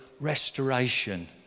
restoration